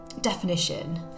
Definition